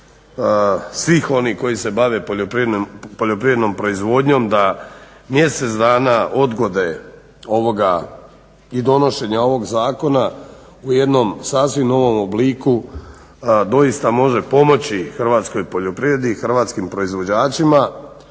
svih onih koji se bave poljoprivrednom proizvodnjom da mjesec dana odgode ovoga i donošenje ovog zakona u jednom sasvim novom obliku doista može pomoći hrvatskoj poljoprivredi i hrvatskim proizvođačima